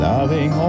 Loving